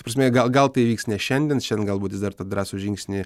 ta prasme gal gal tai įvyks ne šiandien šiandien galbūt jis dar tą drąsų žingsnį